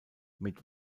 mit